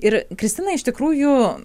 ir kristina iš tikrųjų